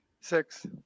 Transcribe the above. six